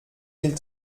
mille